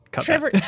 Trevor